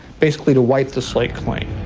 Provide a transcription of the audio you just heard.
basically to wipe the slate clean.